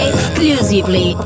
Exclusively